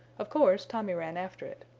of course tommy ran after it.